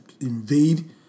invade